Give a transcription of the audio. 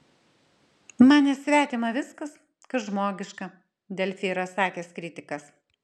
man nesvetima viskas kas žmogiška delfi yra sakęs kritikas